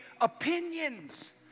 opinions